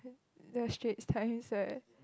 the Straits-Times the